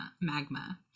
magma